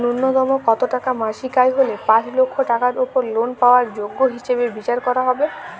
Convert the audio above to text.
ন্যুনতম কত টাকা মাসিক আয় হলে পাঁচ লক্ষ টাকার উপর লোন পাওয়ার যোগ্য হিসেবে বিচার করা হবে?